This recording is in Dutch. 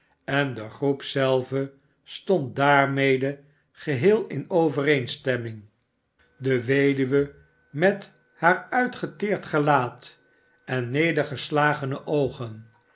en de groep zelve stond daarmede geheel in overeenstemming de weduwe met haar uitgeteerd gelaat en nedergeslagene oogen